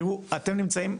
תראו אתם נמצאים,